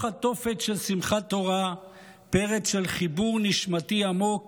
התופת של שמחת תורה פרץ של חיבור נשמתי עמוק